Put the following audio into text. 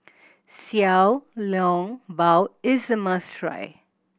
Xiao Long Bao is a must try